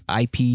IP